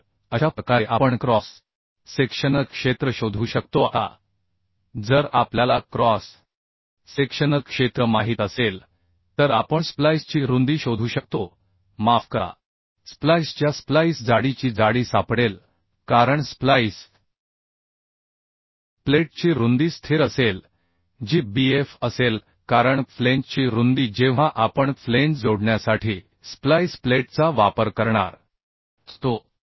तर अशा प्रकारे आपण क्रॉस सेक्शनल क्षेत्र शोधू शकतो आता जर आपल्याला क्रॉस सेक्शनल क्षेत्र माहित असेल तर आपण स्प्लाइसची रुंदी शोधू शकतो माफ करा स्प्लाइसच्या स्प्लाइस जाडीची जाडी सापडेल कारण स्प्लाइस प्लेटची रुंदी स्थिर असेल जी Bf असेल कारण फ्लेंजची रुंदी जेव्हा आपण फ्लेंज जोडण्यासाठी स्प्लाइस प्लेटचा वापर करणार असतो